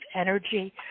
energy